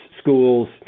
schools